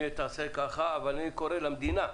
אני קורא למדינה.